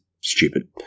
stupid